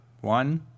One